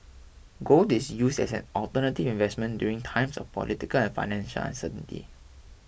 gold is used as an alternative investment during times of political and financial uncertainty